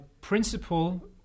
principle